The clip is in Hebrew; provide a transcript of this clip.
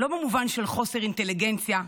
לא במובן של חוסר אינטליגנציה,